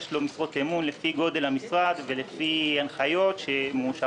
יש להם משרות אמון לפי גודל המשרד ולפי הנחיות שמאושרות